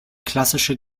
klassische